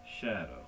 shadow